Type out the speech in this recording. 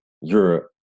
Europe